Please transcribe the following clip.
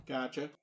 Gotcha